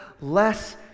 less